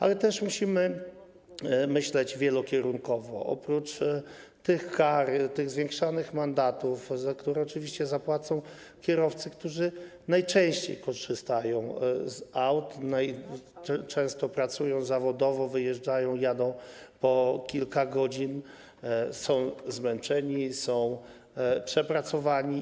Ale też musimy myśleć wielokierunkowo, oprócz kar, zwiększanych mandatów, za które oczywiście zapłacą kierowcy, którzy najczęściej korzystają z aut, często pracują zawodowo, wyjeżdżają, jadą po kilka godzin, są zmęczeni, przepracowani.